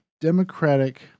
Democratic